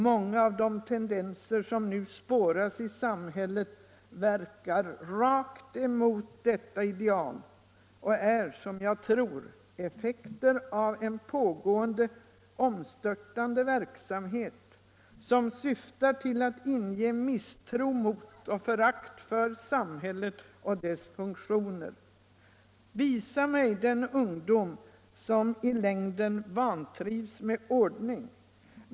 Många av de tendenser som nu spåras i samhället verkar rakt emot detta ideal och är, som jag tror, effekter av en pågående, omstörtande verksamhet, som syftar till att inge misstro mot och förakt för samhället och dess funktioner. Visa mig den ungdom som i längden vantrivs med ordning.